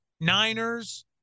Niners